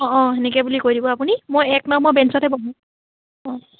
অঁ অঁ সেনেকে বুলি কৈ দিব আপুনি মই এক নম্বৰ বেঞ্চতে বহোঁ অঁ